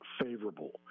favorable